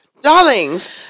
darlings